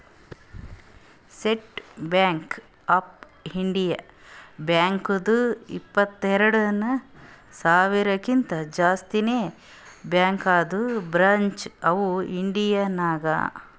state bank of India ಬ್ಯಾಂಕ್ದು ಇಪ್ಪತ್ತೆರೆಡ್ ಸಾವಿರಕಿಂತಾ ಜಾಸ್ತಿನೇ ಬ್ಯಾಂಕದು ಬ್ರ್ಯಾಂಚ್ ಅವಾ ಇಂಡಿಯಾ ನಾಗ್